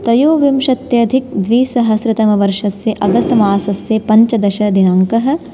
त्रयोविंशत्यधिकद्विसहस्रतमवर्षस्य अगस्तमासस्य पञ्चदशदिनाङ्कः